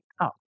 up